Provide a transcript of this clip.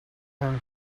him